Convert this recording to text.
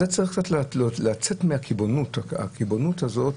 צריך לצאת מהקיבעון הזה,